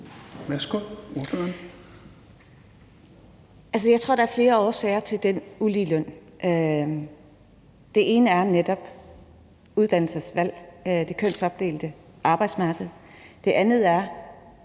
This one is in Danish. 11:44 Fatma Øktem (V): Jeg tror, der er flere årsager til den uligeløn. Det ene er netop uddannelsesvalg og det kønsopdelte arbejdsmarked, og det andet er